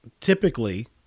typically